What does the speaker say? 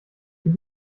gibt